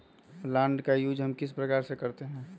Plant का use हम किस प्रकार से करते हैं?